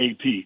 AP